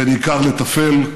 בין עיקר לטפל,